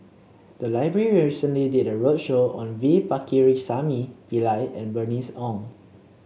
the library recently did a roadshow on V Pakirisamy Pillai and Bernice Ong